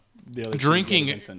drinking